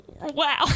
Wow